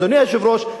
אדוני היושב-ראש,